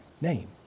name